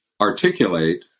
articulate